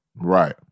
Right